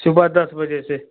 सुबह दस बजे से